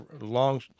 long